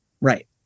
right